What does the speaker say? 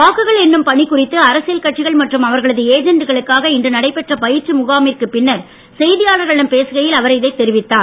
வாக்குகள் எண்ணும் பணி குறித்து அரசியல் கட்சிகள் மற்றும் அவர்களது ஏஜண்டுகளுக்காக இன்று நடைபெற்ற பயிற்சி முகாமுக்குப் பின்னர் செய்தியாளர்களிடம் பேசுகையில் அவர் இதைத் தெரிவித்தார்